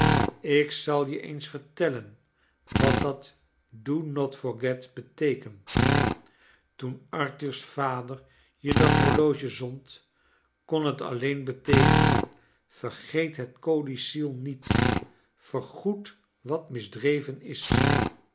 ik zal je eens vertellen wat dat d o n o t forget beteekent toen arthur's vader je dat horloge zond kon het alleen beteekenen yergeet het codicil niet vergoed wat misdreven is